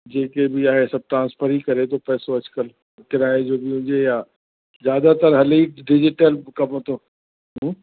जेके बि आहे सभु ट्रांसफर ई करे थो पैसो अॼुकल्ह किराये जो बि हुजे या ज़्यादतर हले ई डिजिटल कम थो